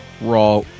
Raw